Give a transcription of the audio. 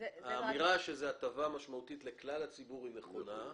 האמירה שזה הטבה משמעותית לכלל הציבור נכונה,